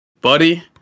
buddy